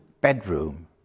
bedroom